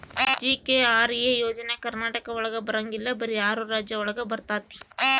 GKRA ಯೋಜನೆ ಕರ್ನಾಟಕ ಒಳಗ ಬರಂಗಿಲ್ಲ ಬರೀ ಆರು ರಾಜ್ಯ ಒಳಗ ಬರ್ತಾತಿ